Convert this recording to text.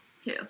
Two